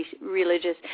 religious